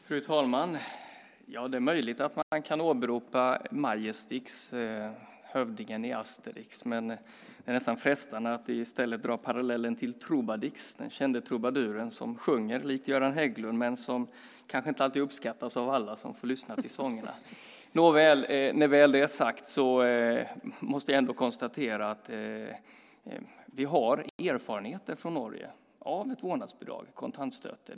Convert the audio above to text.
Fru talman! Det är möjligt att man kan åberopa Majestix, hövdingen i Asterix, men det är nästan frestande att i stället dra paralleller till Trubadix, den kände trubaduren som sjunger likt Göran Hägglund men som kanske inte uppskattas av alla som får lyssna till sångerna. Nåväl, när väl detta är sagt måste jag konstatera att vi har erfarenheter från Norge av vårdnadsbidrag, kontantstøtte .